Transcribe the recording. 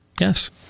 yes